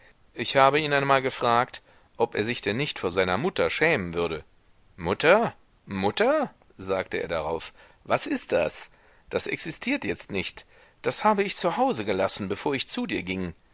ich habe ihn einmal gefragt ob er sich denn nicht vor seiner mutter schämen würde mutter mutter sagte er drauf was ist das das existiert jetzt nicht das habe ich zu hause gelassen bevor ich zu dir ging